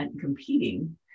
competing